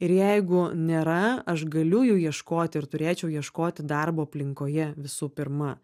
ir jeigu nėra aš galiu jų ieškoti ir turėčiau ieškoti darbo aplinkoje visų pirma